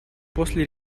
после